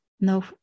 No